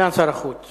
סגן שר החוץ